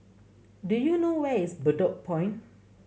do you know where is Bedok Point